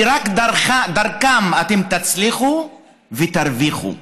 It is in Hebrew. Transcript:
כי רק דרכם אתם תצליחו ותרוויחו.